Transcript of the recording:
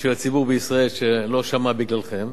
בשביל הציבור בישראל, שלא שמע בגללכם.